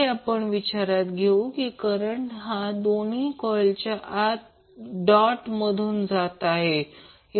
हे विचारात घेऊन की करंट हा दोन्ही कॉइलच्या आत डॉट मधून जात आहे